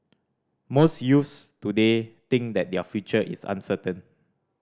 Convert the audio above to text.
most youths today think that their future is uncertain